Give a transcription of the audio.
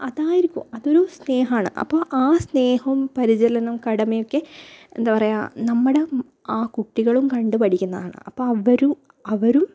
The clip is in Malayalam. അതാണ് ഇപ്പം അതൊരു സ്നേഹമാണ് അപ്പം ആ സ്നേഹവും പരിചരണവും കടമയും ഒക്കെ എന്താണ് പറയുക നമ്മുടെ ആ കുട്ടികളും കണ്ട് പഠിക്കുന്നതാണ് അപ്പം അവരും അവരും